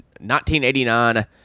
1989